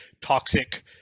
toxic